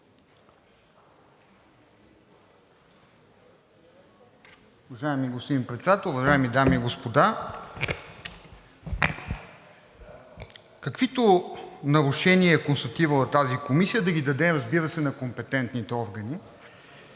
Уважаеми господин Председател, уважаеми дами и господа! Каквито нарушения е констатирала тази комисия, да ги даде, разбира се, на компетентните органи,